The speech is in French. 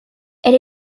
elle